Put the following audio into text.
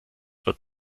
wird